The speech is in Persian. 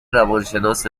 روانشناس